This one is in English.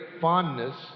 fondness